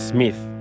Smith